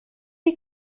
die